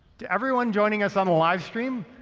to everyone joining us on the livestream,